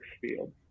Field